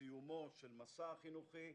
בסיומו של המסע החינוכי,